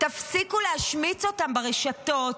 תפסיקו להשמיץ אותם ברשתות,